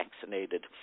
vaccinated